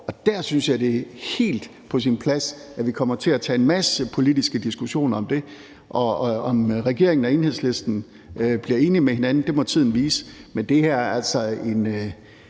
dér synes jeg det er helt på sin plads, at vi kommer til at tage en masse politiske diskussioner om det. Om regeringen og Enhedslisten bliver enige med hinanden, må tiden vise.